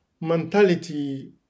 mentality